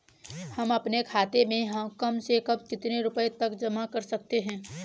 हम अपने खाते में कम से कम कितने रुपये तक जमा कर सकते हैं?